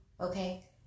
okay